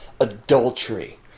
adultery